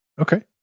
Okay